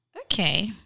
Okay